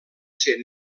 ser